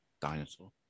Dinosaur